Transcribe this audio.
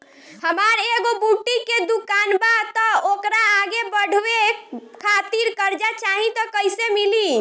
हमार एगो बुटीक के दुकानबा त ओकरा आगे बढ़वे खातिर कर्जा चाहि त कइसे मिली?